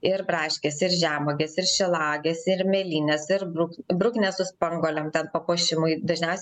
ir braškės ir žemuogės ir šilauogės ir mėlynės ir bruk bruknės su spanguolėm ten papuošimui dažniausiai